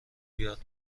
یاد